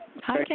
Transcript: Hi